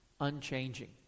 unchanging